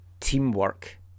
teamwork